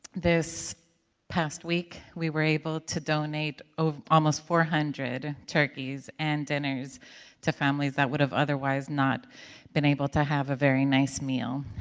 this past week we were able to donate almost four hundred turkeys and dinners to families that would have otherwise not been able to have a very nice meal,